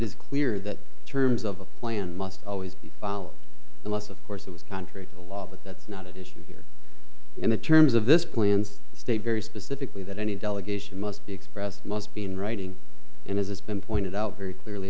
is clear that terms of a plan must always be followed unless of course it was contrary to the law but that's not at issue here in the terms of this plans to state very specifically that any delegation must be expressed must be in writing and as has been pointed out very clearly